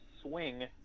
swing